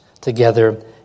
together